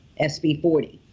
SB40